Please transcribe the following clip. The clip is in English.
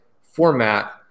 format